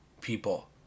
people